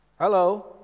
Hello